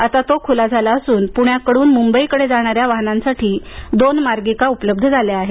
आता तो खुला झाला असून पुण्याकडून मुंबईकडे जाणाऱ्या वाहनांसाठी दोन मार्गिका उपलब्ध झाल्या आहेत